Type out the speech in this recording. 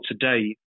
today